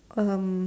um